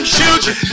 children